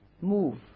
Move